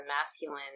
masculine